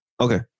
Okay